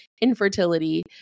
infertility